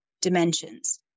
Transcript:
dimensions